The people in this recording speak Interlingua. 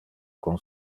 con